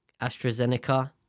AstraZeneca